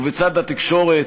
ובצד התקשורת,